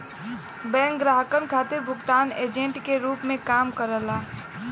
bank ग्राहकन खातिर भुगतान एजेंट के रूप में काम करला